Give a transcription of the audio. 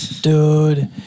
Dude